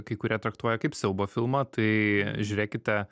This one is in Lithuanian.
kai kurie traktuoja kaip siaubo filmą tai žiūrėkite